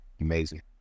amazing